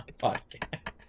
podcast